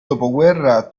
dopoguerra